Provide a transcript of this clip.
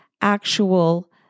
actual